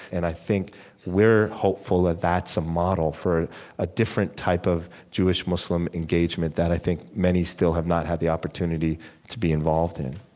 and i think we're hopeful that that's a model for a different type of jewish-muslim engagement that i think many still have not had the opportunity to be involved in